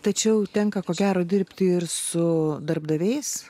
tai čia jau tenka ko gero dirbti ir su darbdaviais